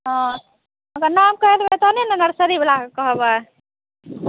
हँ ओकर नाम कहि देबै तहने न नर्सरीवलाक कहबै